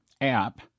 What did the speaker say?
app